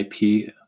IP